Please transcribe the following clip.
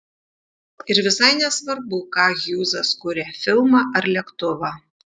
ir visai nesvarbu ką hjūzas kuria filmą ar lėktuvą